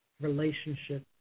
relationship